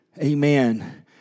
Amen